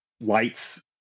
Lights